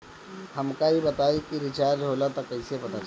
हमका ई बताई कि रिचार्ज होला त कईसे पता चली?